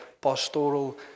pastoral